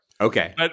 Okay